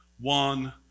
one